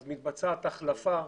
מתבצעת החלפה.